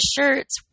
shirts